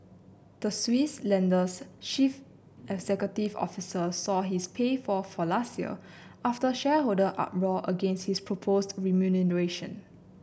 the Swiss lender's chief executive officer saw his pay fall for last year after shareholder uproar against his proposed remuneration